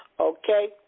okay